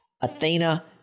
Athena